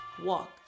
Walk